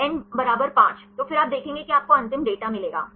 n बराबर 5 तो फिर आप देखेंगे कि आपको अंतिम डेटा मिलेगा